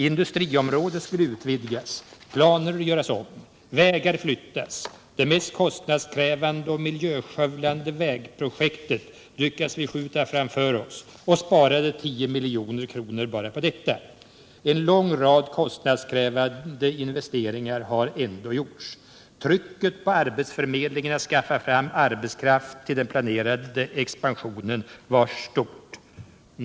Industriområdet skulle utvidgas, planer göras om, vägar flyttas. Det mest kostnadskrävande och miljöskövlande vägprojektet lyckades vi skjuta framför oss — och sparade 10 milj.kr. bara på detta. En lång rad kostnadskrävande investeringar har ändå gjorts. Trycket på arbetsförmedlingen att skaffa fram arbetskraft till den planerade expansionen var stort.